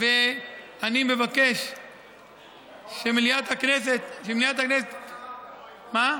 ואני מבקש שמליאת הכנסת, מה?